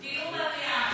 דיון במליאה.